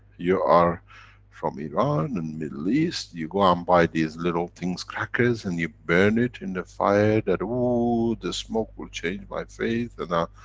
you are from iran and middle east, you go and um buy these little things, crackers and you burn it in the fire that, oh the smoke will change my fate and i.